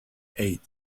and